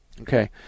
okay